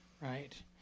Right